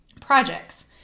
projects